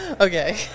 okay